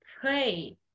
Pray